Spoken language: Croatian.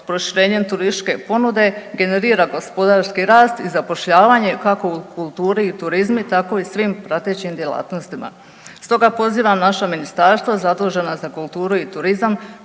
proširenjem turističke ponude generira gospodarski rast i zapošljavanje kako u kulturi i turizmu tako i svim pratećim djelatnostima. Stoga pozivam naša ministarstva zadužena za kulturu i turizam,